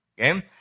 Okay